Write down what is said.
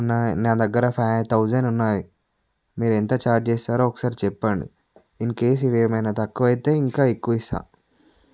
నా నా దగ్గర ఫైవ్ థౌజండ్ ఉన్నాయి మీరెంత ఛార్జ్ చేస్తారో ఒకసారి చెప్పండి ఇన్ కేస్ ఇవి ఏమైనా తక్కువయితే ఇంకా ఎక్కువిస్తాను